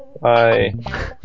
Bye